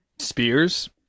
Spears